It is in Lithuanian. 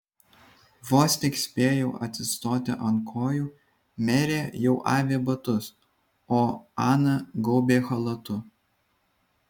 vos tik spėjau atsistoti ant kojų merė jau avė batus o ana gaubė chalatu